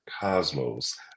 cosmos